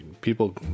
people